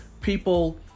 People